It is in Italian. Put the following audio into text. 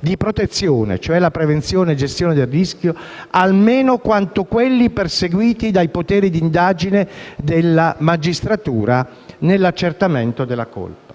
di protezione (la prevenzione e gestione del rischio) almeno quanto quelli perseguiti dai poteri d'indagine della magistratura nell'accertamento della colpa.